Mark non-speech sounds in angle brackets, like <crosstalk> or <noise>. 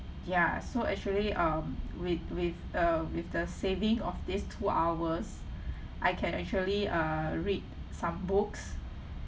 ya so actually um with with uh with the saving of these two hours <breath> I can actually uh read some books